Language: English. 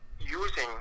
using